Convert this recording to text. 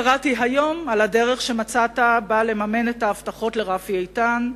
קראתי היום על הדרך שמצאת לממן בה את הבטחותיך לרפי איתן,